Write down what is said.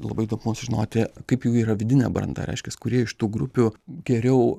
labai įdomu sužinoti kaip jų yra vidinė branda reiškias kurie iš tų grupių geriau